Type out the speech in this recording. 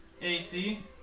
AC